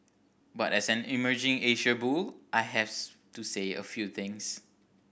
but as an emerging Asia bull I have to say a few things